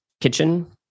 kitchen